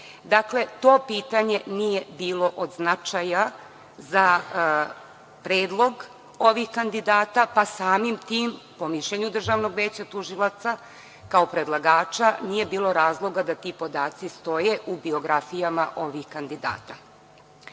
Dakle, to pitanje nije bilo od značaja za predlog ovih kandidata, pa samim tim, po mišljenju DVT kao predlagača, nije bilo razloga da ti podaci stoje u biografijama ovih kandidata. Kriterijum